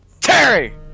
Terry